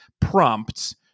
prompts